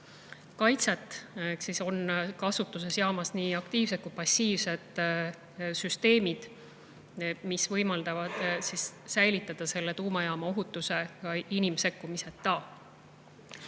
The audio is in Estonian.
Jaamas on kasutusel nii aktiivsed kui ka passiivsed süsteemid, mis võimaldavad säilitada tuumajaama ohutuse inimsekkumiseta.